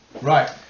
Right